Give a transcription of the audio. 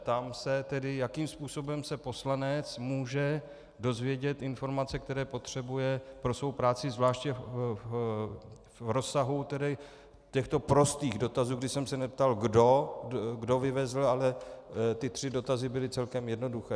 Ptám se tedy, jakým způsobem se poslanec může dozvědět informace, které potřebuje pro svou práci, zvláště v rozsahu těchto prostých dotazů, kdy jsem se neptal, kdo vyvezl, ale ty tři dotazy byly celkem jednoduché.